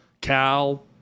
Cal